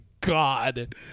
God